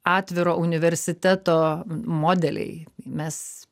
atviro universiteto modeliai mes